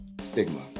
stigma